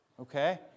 okay